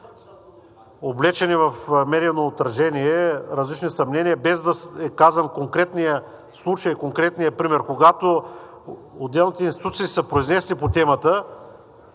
облечени в медийно отражение, различни съмнения, без да е казан конкретният случай, конкретният пример, когато отделните институции са се произнесли по темата,